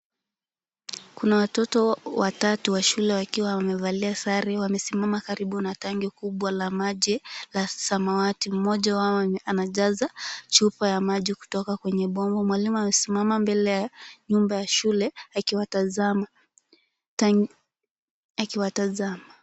Kuna watoto watatu wa shule wakiwa wamevalia sare wamesimama karibu na tanki kubwa la maji la samawati. Mmoja wao anajaza chupa ya maji kutoka kwenye bomba. Mwalimu amesimama mbele ya nyumba ya shule akiwatazama.